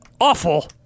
awful